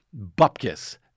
bupkis